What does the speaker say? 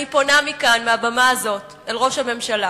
אני פונה מכאן, מהבמה הזאת, אל ראש הממשלה